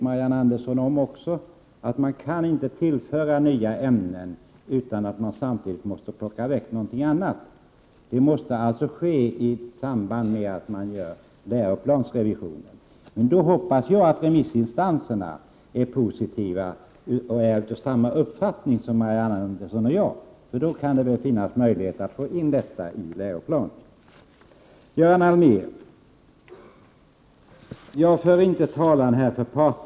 Marianne Andersson vet att det inte går att tillföra nya ämnen utan att samtidigt plocka väck något annat ämne. Det måste alltså ske i samband med att läroplanen revideras. Då hoppas jag att remissinstanserna är positiva och av samma uppfattning som Marianne Andersson och jag är. Då kan det finnas möjlighet att få in detta ämne i läroplanen. Jag för inte talan för parternas vidkommande, Göran Allmér. Men det Prot.